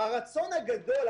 הרצון הגדול,